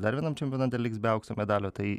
dar vienam čempionate liks be aukso medalio tai